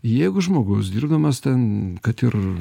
jeigu žmogus dirbdamas ten kad ir